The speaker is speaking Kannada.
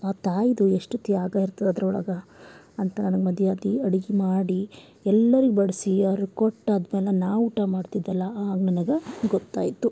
ಆ ತಾಯಿದು ಎಷ್ಟು ತ್ಯಾಗ ಇರ್ತದ ಅದರೊಳಗ ಅಂತ ನನಗೆ ಮದುವೆ ಆಗಿ ಅಡುಗೆ ಮಾಡಿ ಎಲ್ಲರಿಗೆ ಬಡಿಸಿ ಅವ್ರಿಗೆ ಕೊಟ್ಟಾದ್ಮೇಲೆ ನಾನು ಊಟ ಮಾಡ್ತಿದ್ದಲ್ಲ ಆಗ ನನಗೆ ಗೊತ್ತಾಯಿತು